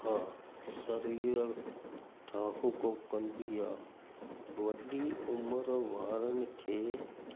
आ शरीर थाउको कंदी आहे वॾी उमिरि वारनि खे